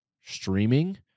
streaming